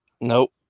Nope